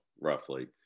roughly